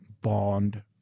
bond